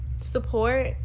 support